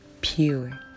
pure